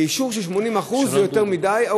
האישור של 80% זה יותר מדי.